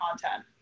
content